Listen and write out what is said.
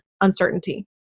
uncertainty